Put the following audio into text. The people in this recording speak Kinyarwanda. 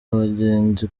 abagenzi